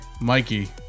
mikey